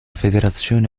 federazione